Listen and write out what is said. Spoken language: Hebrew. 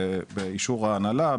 באישור ההנהלה,